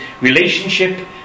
relationship